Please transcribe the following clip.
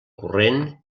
corrent